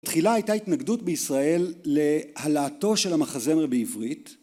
תחילה הייתה התנגדות בישראל להעלאתו של המחזמר בעברית